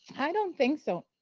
i don't think so.